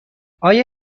آیا